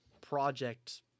project